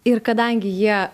ir kadangi jie